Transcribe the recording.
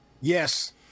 Yes